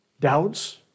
doubts